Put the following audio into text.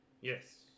Yes